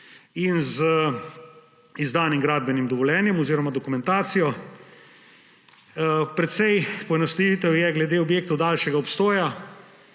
in z izdanim gradbenim dovoljenjem oziroma dokumentacijo. Precej poenostavitev je glede objektov daljšega obstoja.